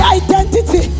identity